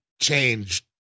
change